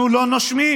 אנחנו לא נושמים,